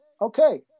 okay